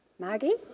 Maggie